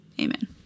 amen